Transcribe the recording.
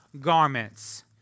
garments